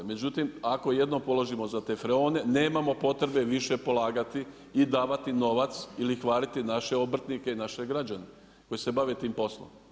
Međutim, ako jednom položimo za te freone nemamo potrebe više polagati i davati novac i lihvariti naše obrtnike i naše građane koji se bave tim poslom.